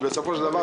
בסופו של דבר,